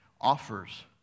offers